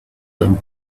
them